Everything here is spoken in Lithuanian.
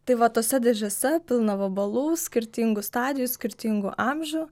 tai va tose dėžėse pilna vabalų skirtingų stadijų skirtingų amžių